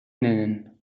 nennen